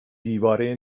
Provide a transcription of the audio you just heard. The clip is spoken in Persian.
دیواره